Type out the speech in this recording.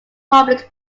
public